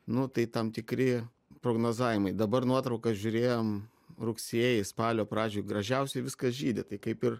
nu tai tam tikri prognozavimai dabar nuotraukas žiūrėjom rugsėjį spalio pradžioj gražiausiai viskas žydi tai kaip ir